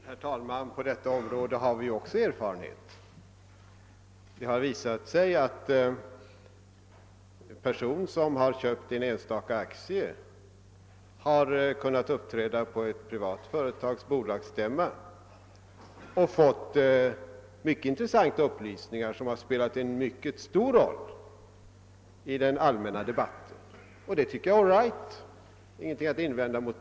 Herr talman! På detta område har också vi erfarenhet. Det har visat sig att en person som köpt en enstaka aktie har kunnat uppträda på ett privat företags bolagsstämma och där kunnat få mycket intressanta upplysningar som spelat en stor roll i den allmänna debatten. Detta är all right, och däremot finns ingenting att invända.